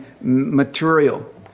material